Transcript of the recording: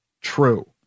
True